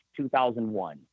2001